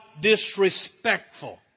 disrespectful